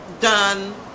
done